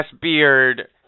beard